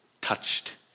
touched